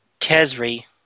Kesri